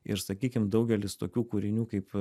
ir sakykim daugelis tokių kūrinių kaip